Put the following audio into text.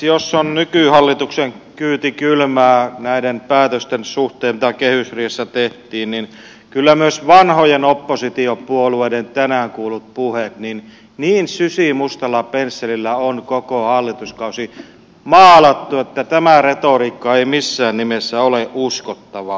jos on nykyhallituksen kyyti kylmää näiden päätösten suhteen mitä kehysriihessä tehtiin niin kyllä myös vanhojen oppositiopuolueiden tänään kuulluissa puheissa niin sysimustalla pensselillä on koko hallituskausi maalattu että tämä retoriikka ei missään nimessä ole uskottavaa